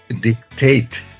dictate